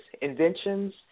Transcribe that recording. inventions